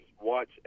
watch